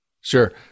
Sure